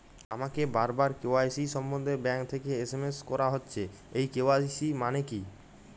আমাকে বারবার কে.ওয়াই.সি সম্বন্ধে ব্যাংক থেকে এস.এম.এস করা হচ্ছে এই কে.ওয়াই.সি মানে কী?